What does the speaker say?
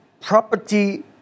property